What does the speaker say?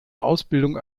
ausbildung